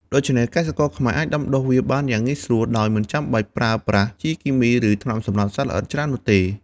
ដូច្នេះកសិករខ្មែរអាចដាំដុះវាបានយ៉ាងងាយស្រួលដោយមិនចាំបាច់ប្រើប្រាស់ជីគីមី ឬថ្នាំសម្លាប់សត្វល្អិតច្រើននោះទេ។